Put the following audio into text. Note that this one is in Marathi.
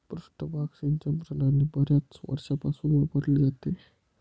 पृष्ठभाग सिंचन प्रणाली बर्याच वर्षांपासून वापरली जाते